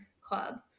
club